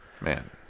Man